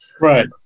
Right